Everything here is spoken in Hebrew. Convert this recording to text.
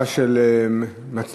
מציע שהוא יסתפק בדברים האלה.